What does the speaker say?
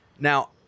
Now